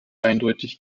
eindeutig